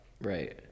Right